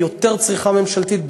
יותר צריכה ממשלתית,